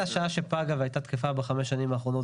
הוראת השעה שפגה והיתה תקפה בחמש שנים האחרונות